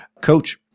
Coach